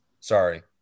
Sorry